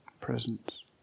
presence